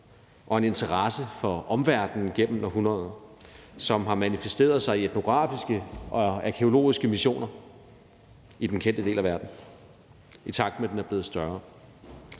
og en interesse for omverdenen gennem århundreder, som har manifesteret sig i etnografiske og arkæologiske missioner i den kendte del af verden, i takt med at den er blevet større.